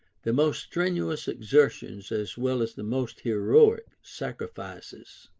the most strenuous exertions as well as the most heroic sacrifices.